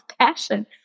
passion